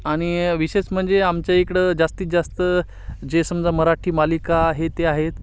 आणि विशेष म्हणजे आमच्या इकडं जास्तीत जास्त जे समजा मराठी मालिका आहे ते आहेत